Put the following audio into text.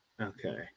okay